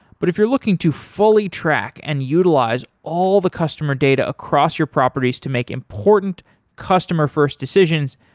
but if you're looking to fully track and utilize all the customer data across your properties to make important customer-first decisions,